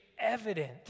evident